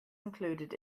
included